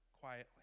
quietly